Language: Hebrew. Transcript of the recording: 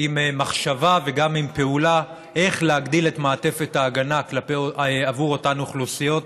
עם מחשבה וגם עם פעולה איך להגדיל את מעטפת הגנה עבור אותן אוכלוסיות,